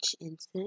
incense